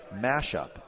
mashup